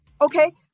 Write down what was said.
okay